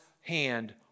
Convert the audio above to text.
hand